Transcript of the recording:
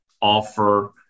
offer